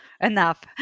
enough